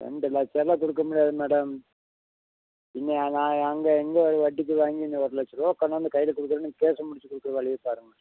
ரெண்டு லட்சமெலாம் கொடுக்க முடியாது மேடம் இனி நான் அங்கே இங்கே வட்டிக்கு வாங்கி இன்னும் ஒரு லட்சம் ரூபா கொண்டாந்து கையில் கொடுக்குறேன் நீங்கள் கேஸை முடித்துக் கொடுக்குற வழிய பாருங்க